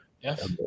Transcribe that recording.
Yes